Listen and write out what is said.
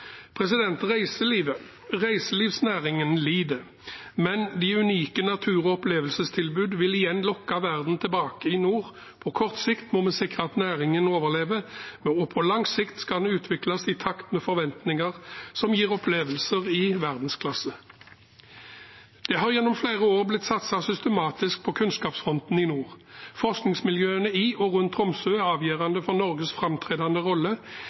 Reiselivsnæringen lider, men de unike natur- og opplevelsestilbud vil igjen lokke verden tilbake i nord. På kort sikt må vi sikre at næringen overlever, og på lang sikt skal den utvikles i takt med forventninger som gir opplevelser i verdensklasse. Det har gjennom flere år blitt satset systematisk på kunnskapsfronten i nord. Forskningsmiljøene i og rundt Tromsø er avgjørende for Norges framtredende rolle